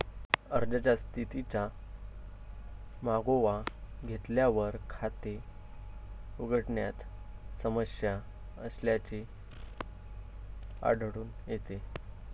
अर्जाच्या स्थितीचा मागोवा घेतल्यावर, खाते उघडण्यात समस्या असल्याचे आढळून येते